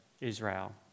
Israel